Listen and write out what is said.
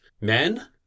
men